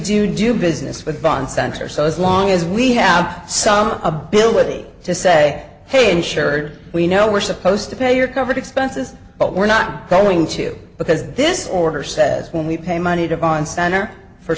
you do business with bond center so as long as we have some ability to say hey insured we know we're supposed to pay you're covered expenses but we're not going to because this order says when we pay money to on center for